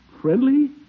friendly